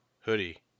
hoodie